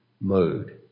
mode